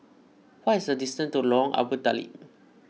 what is the distance to Lorong Abu Talib